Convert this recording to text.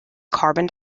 carbon